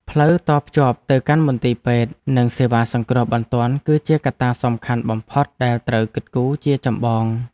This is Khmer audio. ផ្លូវតភ្ជាប់ទៅកាន់មន្ទីរពេទ្យនិងសេវាសង្គ្រោះបន្ទាន់គឺជាកត្តាសំខាន់បំផុតដែលត្រូវគិតគូរជាចម្បង។